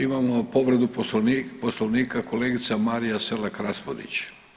Imamo povredu Poslovnika kolegica Marija Selak Raspudić.